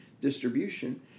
distribution